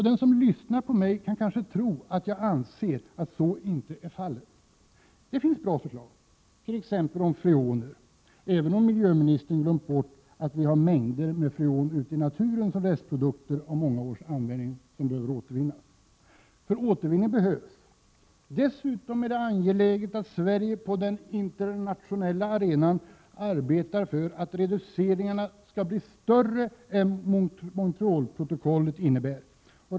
Den som lyssnat på mig kan kanske tro att jag anser att så inte är fallet. Jo, det finns bra förslag, t.ex. om freoner — även om miljöministern glömt bort att vi har mängder av freon ute i naturen som restprodukter efter många års användning. Återvinning behövs. Dessutom är det angeläget att Sverige på den internationella arenan arbetar för att reduceringarna skall bli större än Montrealprotokollet innebär.